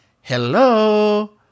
Hello